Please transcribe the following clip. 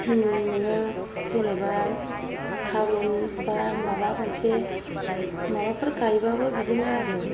नोङो जेनेबा थारुन बा माबा मोनसे माबाफोर गायबाबो बिदिनो आरो